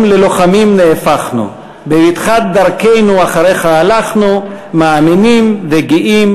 ללוחמים נהפכנו / בבטחת דרכנו אחריך הלכנו / מאמינים וגאים,